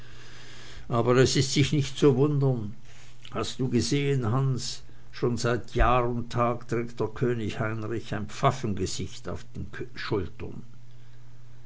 aber es ist sich nicht zu wundern hast du gesehen hans schon seit jahr und tag trägt könig heinrich ein pfaffengesicht auf den schultern